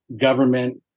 government